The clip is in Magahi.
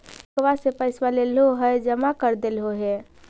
बैंकवा से पैसवा लेलहो है जमा कर देलहो हे?